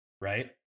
right